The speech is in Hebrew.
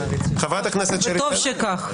וטוב שכך.